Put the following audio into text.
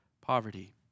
poverty